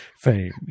fame